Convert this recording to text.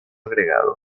agregado